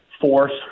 force